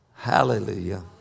Hallelujah